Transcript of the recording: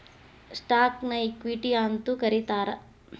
ಸ್ಟಾಕ್ನ ಇಕ್ವಿಟಿ ಅಂತೂ ಕರೇತಾರ